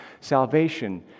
salvation